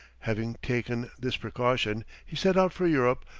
having taken this precaution, he set out for europe,